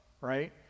right